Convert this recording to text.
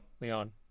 Leon